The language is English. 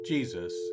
Jesus